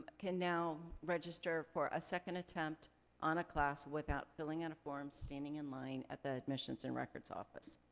can now register for a second attempt on a class without filling out a form, standing in line at the admissions and records office.